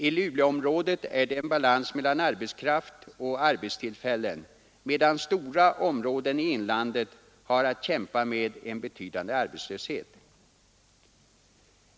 I Luleåområdet är det balans mellan arbetskraft och arbetstillfällen, medan stora områden i inlandet har att kämpa med en betydande arbetslöshet.